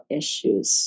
issues